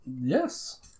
Yes